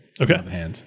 Okay